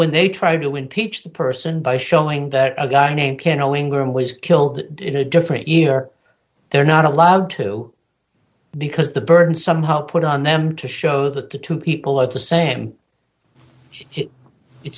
when they try to impeach the person by showing that a guy named ken owing room was killed in a different year they're not allowed to because the burn somehow put on them to show that the two people at the same